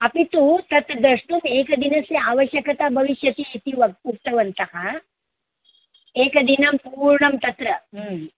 अपि तु तत् द्रष्टुम् एकदिनस्य आवश्यकता भविष्यति इति वक् उक्तवन्तः एकदिनं पूर्णं तत्र